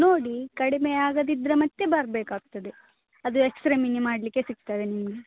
ನೋಡಿ ಕಡಿಮೆ ಆಗದ್ದಿದ್ರೆ ಮತ್ತು ಬರ್ಬೇಕು ಆಗ್ತದೆ ಅದು ಎಕ್ಸ್ ರೇ ಮಿನಿ ಮಾಡಲಿಕ್ಕೆ ಸಿಗ್ತದೆ ನಿಮಗೆ